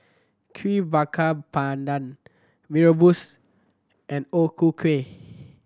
Kuih Bakar Pandan Mee Rebus and O Ku Kueh